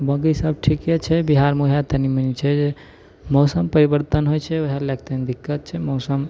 बाकी सब ठीके छै बिहारमे ओएह तनी मनी छै जे मौसम परिबर्तन होइ छै ओएह लऽ के तनी दिक्कत छै मौसम